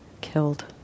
killed